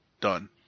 done